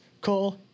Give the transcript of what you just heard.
Cole